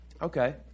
Okay